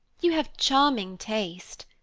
you have charming taste,